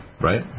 right